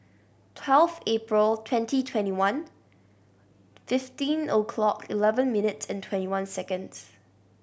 twelve April twenty twenty one fifteen o'clock eleven minute and twenty one seconds